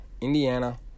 Indiana